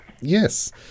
Yes